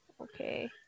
Okay